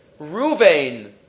Ruvain